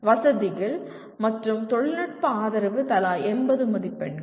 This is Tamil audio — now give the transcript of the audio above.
வசதிகள் மற்றும் தொழில்நுட்ப ஆதரவு தலா 80 மதிப்பெண்கள்